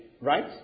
right